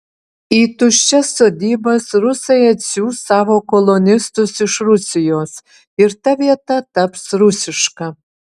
į tuščias sodybas rusai atsiųs savo kolonistus iš rusijos ir ta vieta taps rusiška